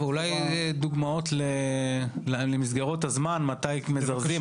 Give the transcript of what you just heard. אולי תיתן דוגמאות למסגרות הזמן, מתי מזרזים?